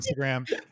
Instagram